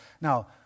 now